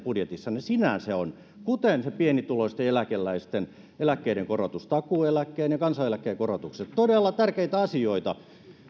budjetissanne sinänsä on kuten se pienituloisten eläkeläisten eläkkeiden korotus takuueläkkeen ja kansaneläkkeen korotukset todella tärkeitä asioita